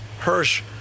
Hirsch